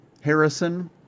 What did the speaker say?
Harrison